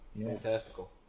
Fantastical